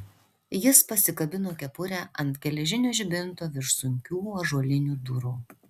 jis pasikabino kepurę ant geležinio žibinto virš sunkių ąžuolinių durų